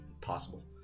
possible